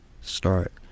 start